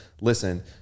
listen